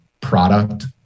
product